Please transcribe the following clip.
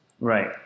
Right